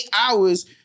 hours